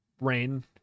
Rain